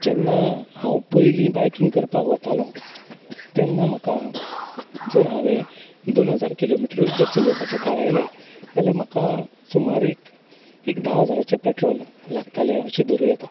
जेन्ना हांव पयलीं बायकींग करपाक वतालों तेन्ना म्हाका जर हांवें दोन हजार किलोमिटरूच जर चलोवपाची थारायलें जाल्यार म्हाका सुमार एक एक धा हजाराचें पेट्रोल लागतालें अशें धरूं येता